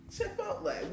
Chipotle